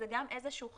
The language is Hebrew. זה גם איזשהו חסם.